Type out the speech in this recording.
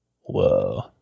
Whoa